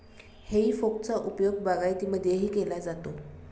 हेई फोकचा उपयोग बागायतीमध्येही केला जातो